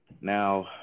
Now